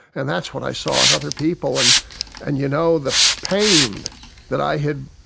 and that's what i saw in other people. and and you know, the pain that i had,